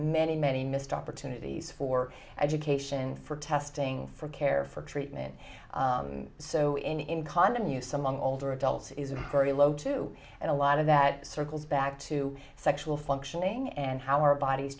many many missed opportunities for education for testing for care for treatment so in in condom use among older adults is a very low too and a lot of that circles back to sexual functioning and how our bodies